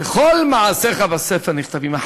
וכל מעשיך בספר נכתבין".